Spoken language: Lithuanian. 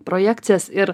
projekcijas ir